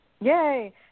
Yay